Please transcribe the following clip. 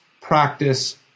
practice